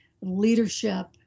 leadership